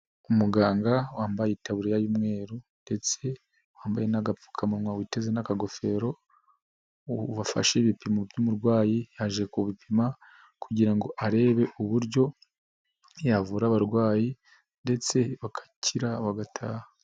Umuganga wambaye itaburiya y'umweru ndetse wambaye n'agapfukamunwa witeze n'akagofero, wafashe ibipimo by'umurwayi, aje kubipima kugira ngo arebe uburyo yavura abarwayi ndetse bagakira bagataha.